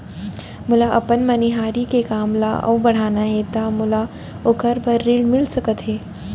मोला अपन मनिहारी के काम ला अऊ बढ़ाना हे त का मोला ओखर बर ऋण मिलिस सकत हे?